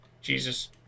jesus